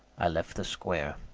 i left the square.